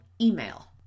email